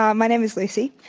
um my name is lucy.